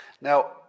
Now